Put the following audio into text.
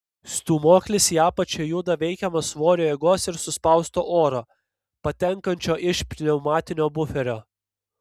stūmoklis į apačią juda veikiamas svorio jėgos ir suspausto oro patenkančio iš pneumatinio buferio